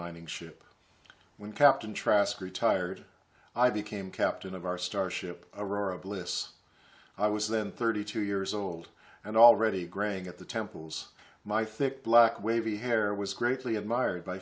mining ship when captain trask retired i became captain of our starship aurora bliss i was then thirty two years old and already graying at the temples my thick black wavy hair was greatly admired by